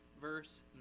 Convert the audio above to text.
Verse